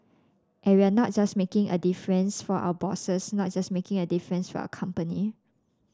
and we are not just making a difference for our bosses not just making a difference for our company